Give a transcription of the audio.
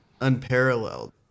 unparalleled